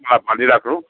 अँ भनिराख्नु